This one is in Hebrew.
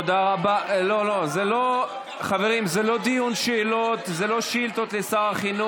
למה את לא עושה את זה גם במתמטיקה?